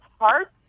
heart